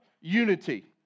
unity